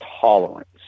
tolerance